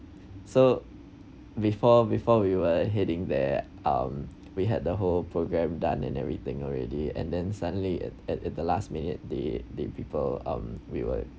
so before before we were heading there um we had the whole program done and everything already and then suddenly at at at the last minute they they people um we were